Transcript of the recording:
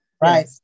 right